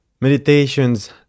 meditation's